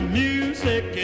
music